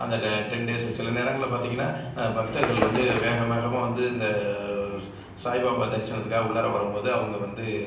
அந்த ரே ten days சில நேரங்கள்ல பார்த்தீங்கனா பக்தர்கள் வந்து வேக வேகமாக வந்து இந்த சாய்பாபா தரிசனத்துக்காக உள்ளார வரும்போது அவங்க வந்து